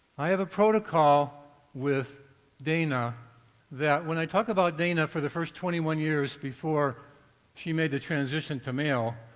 i have a protocol with dana that when i talk about dana for the first twenty one years, before she made the transition to male,